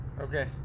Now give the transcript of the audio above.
Okay